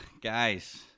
guys